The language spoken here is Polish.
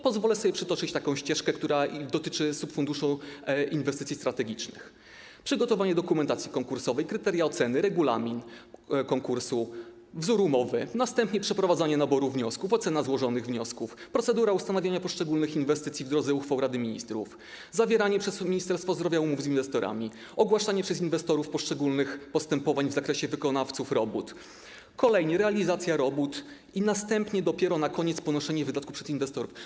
Pozwolę sobie przytoczyć taką ścieżkę, która dotyczy subfunduszu inwestycji strategicznych: przygotowanie dokumentacji konkursowej, kryteria oceny, regulamin konkursów i wzory umów, przeprowadzanie naborów, wnioski, ocena złożonych wniosków, procedura ustanowienia poszczególnych inwestycji w drodze uchwał Rady Ministrów, zawieranie przez Ministerstwo Zdrowia umów z inwestorami, ogłaszanie przez inwestorów poszczególnych postępowań w zakresie wykonawców robót, realizacja robót i dopiero na końcu ponoszenie wydatków przez inwestorów.